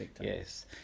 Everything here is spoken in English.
yes